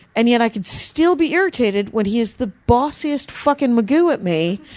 and yet i can still be irritated when he is the bossiest fucking magoo at me.